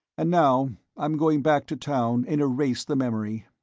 and now i'm going back to town and erase the memory.